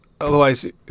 Otherwise